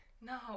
No